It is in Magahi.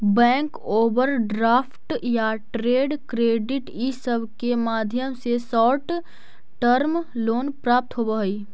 बैंक ओवरड्राफ्ट या ट्रेड क्रेडिट इ सब के माध्यम से शॉर्ट टर्म लोन प्राप्त होवऽ हई